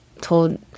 told